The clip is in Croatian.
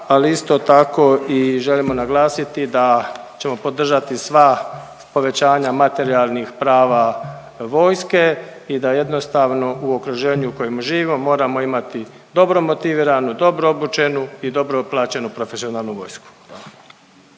ali isto tako i želimo naglasiti da ćemo podržati sva povećanja materijalnih prava vojske i da jednostavno u okruženju u kojem živimo moramo imati dobro motiviranu, dobro obučenu i dobro plaćenu profesionalnu vojsku.